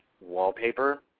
wallpaper